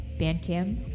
Bandcam